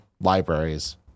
Libraries